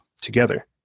together